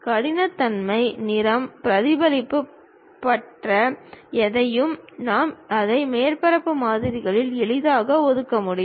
கடினத்தன்மை நிறம் பிரதிபலிப்பு பற்றி எதையும் நாம் அதை மேற்பரப்பு மாதிரிகளில் எளிதாக ஒதுக்க முடியும்